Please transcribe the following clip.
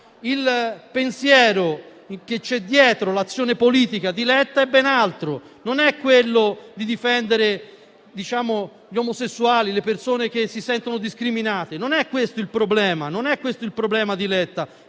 Il pensiero che c'è dietro l'azione politica di Letta, è ben altro: non è la difesa degli omosessuali o delle persone che si sentono discriminate. Non è questo il problema di Letta,